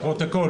לפרוטוקול.